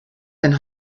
denn